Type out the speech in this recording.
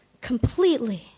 completely